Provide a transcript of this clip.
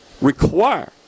require